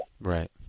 Right